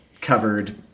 covered